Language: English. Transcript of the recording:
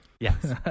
Yes